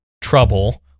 trouble